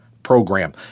Program